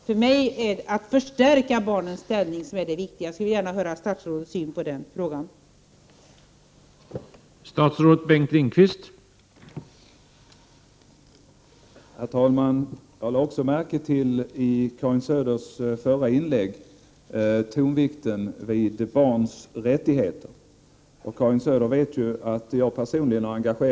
För mig är det viktiga att förstärka barnens ställning; jag skulle gärna vilja höra något om statrådets syn på det.